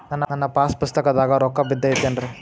ನನ್ನ ಪಾಸ್ ಪುಸ್ತಕದಾಗ ರೊಕ್ಕ ಬಿದ್ದೈತೇನ್ರಿ?